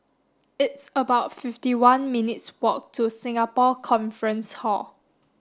it's about fifty one minutes' walk to Singapore Conference Hall